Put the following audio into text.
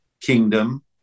kingdom